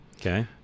Okay